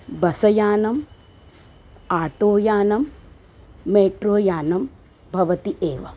बसयानम् आटोयानं मेट्रोयानं भवति एव